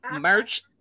merch